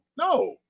No